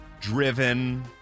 driven